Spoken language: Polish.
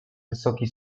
wysoki